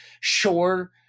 Sure